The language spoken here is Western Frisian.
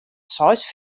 seis